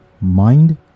mind